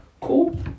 cool